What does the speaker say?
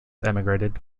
emigrated